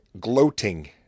gloating